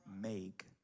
make